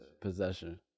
possession